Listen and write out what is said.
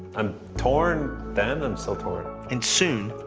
i'm torn then and still torn. and soon,